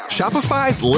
Shopify's